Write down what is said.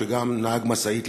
שגם נהג משאית,